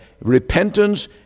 Repentance